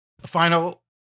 Final